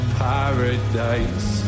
paradise